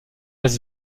las